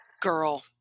Girl